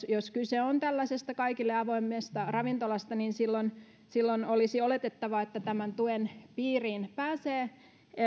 jos kyse on tällaisesta kaikille avoimesta ravintolasta niin silloin silloin olisi oletettavaa että tämän tuen piiriin pääsee